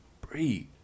Breathe